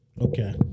Okay